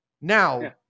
Now